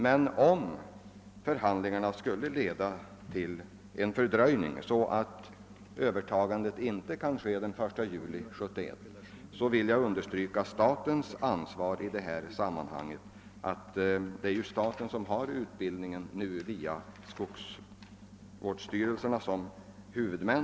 Men om förhandlingarna skulle leda till en fördröjning, så att övertagandet inte kan ske den 1 juli 1971, vill jag understryka statens ansvar i detta sammanhang. Det är ju staten som nu har hand om utbildningen med skogsvårdsstyrelserna som huvudmän.